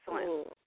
Excellent